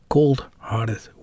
Cold-hearted